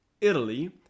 Italy